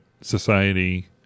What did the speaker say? society